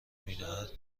میدهد